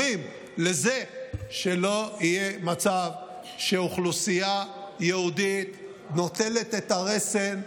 קוראים לזה שלא יהיה מצב שאוכלוסייה יהודית נוטלת את הרסן,